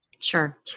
Sure